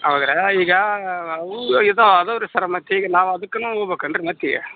ಹೌದ್ರ ಈಗ ಇದು ಅದುರಿ ಸರ್ ಮತ್ತೀಗ ನಾವು ಅದಕ್ಕೂನು ಹೋಗ್ಬಕನ್ ರೀ ಮತ್ತೀಗ